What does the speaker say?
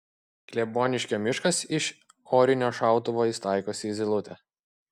kleboniškio miškas iš orinio šautuvo jis taikosi į zylutę